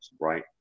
right